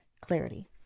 clarity